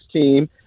team